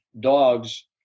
dogs